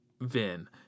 Vin